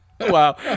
Wow